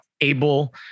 able